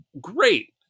great